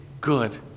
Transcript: good